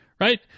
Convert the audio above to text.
right